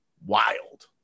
wild